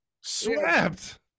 Swept